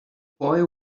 boy